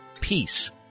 Peace